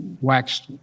waxed